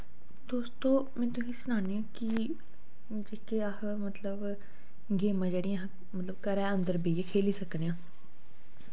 दोस्तो में तुसें सनानियां कि केह् आखदे मतलव गेंमा जेह्ड़ियां अस मतलव घरै अन्धर बेहियै खेल्ली सकने आं